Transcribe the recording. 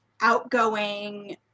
outgoing